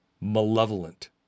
malevolent